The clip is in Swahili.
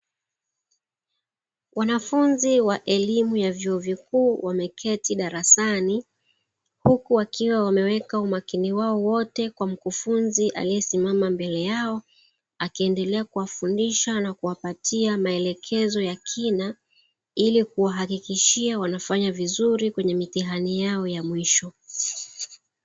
Wanafunzi wa elimu ya vyuo vikuu wameketi darasani huku wakiwa wameweka umakini wao wote kwa mkufunzi aliyesimama mbele yao, akiendelea kuwafundisha na kuwapatia maelekezo ya kina ili kuwahakikishia wanafanya vizuri kwenye mitihani yao ya mwisho.